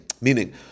meaning